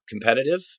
competitive